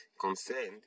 concerned